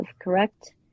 correct